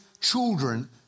children